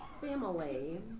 family